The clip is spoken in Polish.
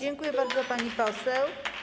Dziękuję bardzo, pani poseł.